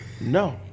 No